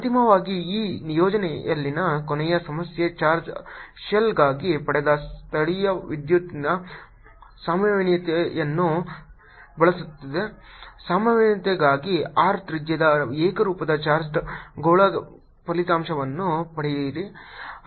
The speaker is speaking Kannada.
ಅಂತಿಮವಾಗಿ ಈ ನಿಯೋಜನೆಯಲ್ಲಿನ ಕೊನೆಯ ಸಮಸ್ಯೆಯು ಚಾರ್ಜ್ ಶೆಲ್ಗಾಗಿ ಪಡೆದ ಸ್ಥಾಯೀವಿದ್ಯುತ್ತಿನ ಸಂಭಾವ್ಯತೆಯನ್ನು ಬಳಸುತ್ತಿದೆ ಸಂಭಾವ್ಯತೆಗಾಗಿ r ತ್ರಿಜ್ಯದ ಏಕರೂಪದ ಚಾರ್ಜ್ಡ್ ಗೋಳದ ಫಲಿತಾಂಶವನ್ನು ಪಡೆಯಿರಿ